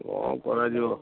କ'ଣ କରାଯିବ